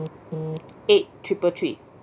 eight triple three